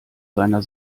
seiner